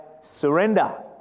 surrender